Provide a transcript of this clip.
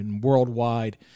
worldwide